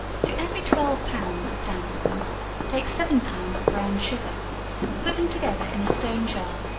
to every twelve pounds of damsons take seven pounds of brown sugar put them together in a stone jar,